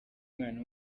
mwana